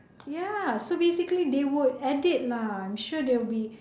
ya so basically they would edit lah I'm sure they'll be